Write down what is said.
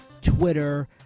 Twitter